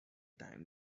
time